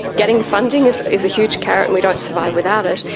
getting funding is is a huge carrot and we don't survive without it.